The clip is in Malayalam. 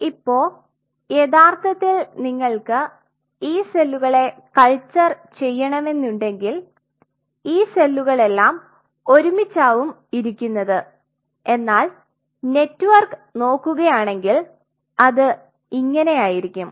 ഇപ്പൊ യഥാർത്ഥത്തിൽ നിങ്ങൾക് ഈ സെല്ലുകളെ കൾച്ചർ ചെയ്യണമെന്നുണ്ടെങ്കിൽ ഈ സെല്ലുകളെല്ലാം ഒരുമിച്ചവും ഇരിക്കുന്നത് എന്നാൽ നെറ്റ്വർക്ക് നോക്കുകയാണെങ്കിൽ അത് ഇങ്ങനെയിരിക്കും